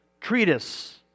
treatise